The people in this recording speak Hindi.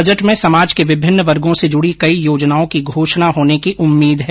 बजट में समाज के विभिन्न वर्गो से जुड़ी कई योजनाओं की घोषणा होने की उम्मीद है